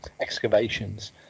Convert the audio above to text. excavations